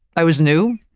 i was new.